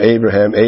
Abraham